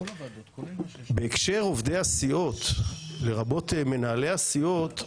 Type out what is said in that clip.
בהקשר עובדי הסיעות, לרבות מנהלי הסיעות,